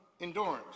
Endurance